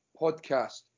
Podcast